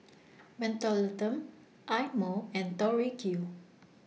Mentholatum Eye Mo and Tori Q